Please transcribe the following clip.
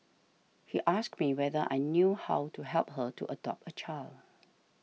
he asked me whether I knew how to help her to adopt a child